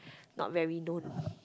not very known